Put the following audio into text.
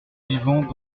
vivons